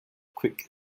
quick